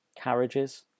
carriages